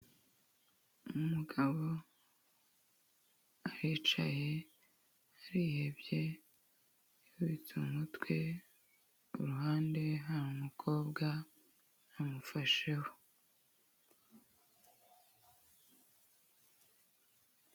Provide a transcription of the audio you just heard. Umugabo aricaye arihebye yubitse umutwe ku ruhande hari umukobwa amufasheho.